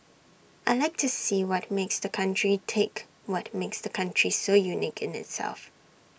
I Like to see what makes the country tick what makes the country so unique in itself